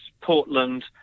Portland